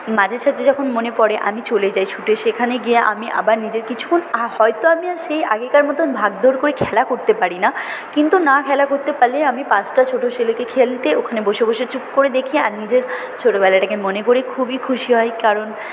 মাঝে সাঝে যখন মনে পড়ে আমি চলে যাই ছুটে সেখানে গিয়ে আমি আবার নিজের কিছুন আ হয়তো আমি আর সেই আগেকার মতন ভাগদৌড় করে খেলা করতে পারি না কিন্তু না খেলা করতে পারলে আমি পাঁচটা ছোট ছেলেকে খেলতে ওখানে বসে বসে চুপ করে দেখি আর নিজের ছোটোবেলাটাকে মনে করে খুবই খুশি হই কারণ